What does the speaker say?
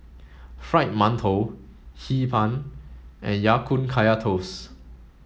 Fried Mantou Hee Pan and Ya Kun Kaya Toast